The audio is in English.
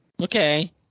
Okay